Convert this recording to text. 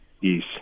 Yes